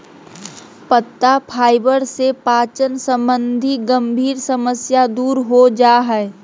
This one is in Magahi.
पत्ता फाइबर से पाचन संबंधी गंभीर समस्या दूर हो जा हइ